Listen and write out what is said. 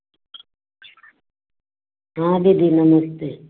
हाँ दीदी नमस्ते